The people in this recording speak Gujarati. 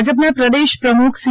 ભાજપ ના પ્રદેશ પ્રમુખ સી